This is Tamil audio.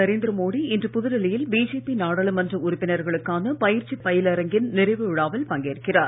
நரேந்திர மோடி இன்று புதுடில்லி யில் பிஜேபி நாடாளுமன்ற உறுப்பினர்களுக்கான பயிற்சி பயிலரங்கின் நிறைவு விழாவில் பங்கேற்கிறார்